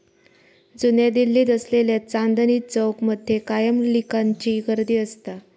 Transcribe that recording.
जुन्या दिल्लीत असलेल्या चांदनी चौक मध्ये कायम लिकांची गर्दी असता